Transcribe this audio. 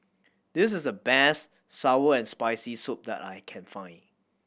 this is the best sour and Spicy Soup that I can find